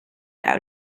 out